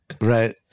right